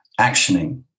actioning